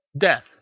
death